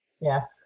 Yes